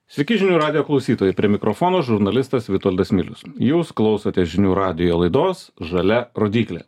sveiki žinių radijo klausytojai prie mikrofono žurnalistas vitoldas milius jūs klausote žinių radijo laidos žalia rodyklė